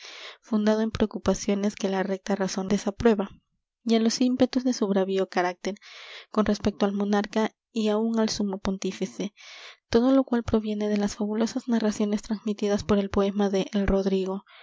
fundado en preocupaciones que la recta razón desaprueba y á los ímpetus de su bravío carácter con respecto al monarca y aun al sumo pontífice todo lo cual proviene de las fabulosas narraciones transmitidas por el poema de el rodrigo